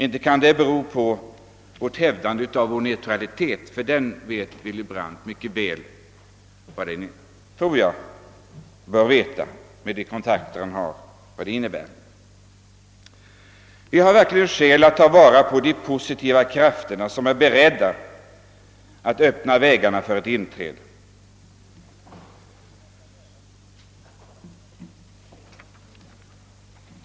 Inte kan det bero på vårt hävdande av vår neutralitet, ty Willy Brandt vet med de kontakter han har mycket väl vad den innebär. Vi har verkligen skäl att ta vara på de positiva krafter som är beredda att öppna väg för ett inträde.